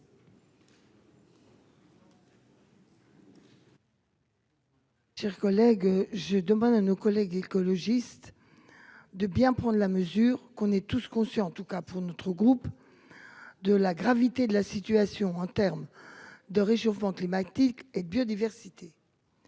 Chers collègues, je demande à nos collègues écologistes. De bien prendre la mesure qu'on est tout ce qu'on sait en tout cas pour notre groupe. De la gravité de la situation en terme de réchauffement climatique et biodiversité.